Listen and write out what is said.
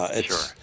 Sure